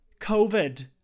Covid